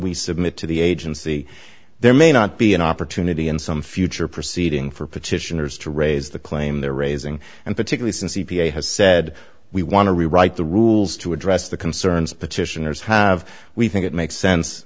we submit to the agency there may not be an opportunity in some future proceeding for petitioners to raise the claim they're raising and particularly since e p a has said we want to rewrite the rules to address the concerns petitioners have we think it makes sense